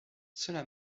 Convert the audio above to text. cela